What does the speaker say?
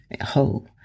whole